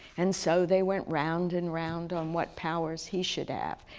and so they went round and round on what powers he should ah have.